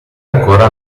ancora